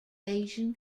asian